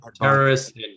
Terrorists